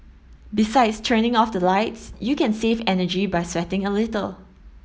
besides turning off the lights you can save energy by sweating a little